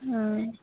ᱚᱸᱻ